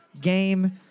game